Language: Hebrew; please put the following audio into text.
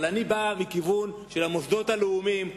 אבל אני בא מהכיוון של המוסדות הלאומיים,